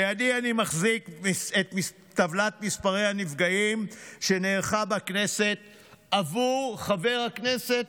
בידי אני מחזיק את טבלת מספרי הנפגעים שנערכה בכנסת עבור חבר הכנסת